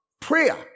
prayer